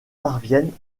parviennent